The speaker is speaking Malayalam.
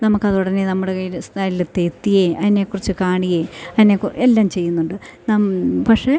നമുക്കതുടനെ നമ്മുടെ കയ്യിൽ സ്ഥലത്തെത്തി അതിനെ കുറിച്ച് കാണുകയേ അതിനെ കു എല്ലാം ചെയ്യുന്നുണ്ട് നം പക്ഷേ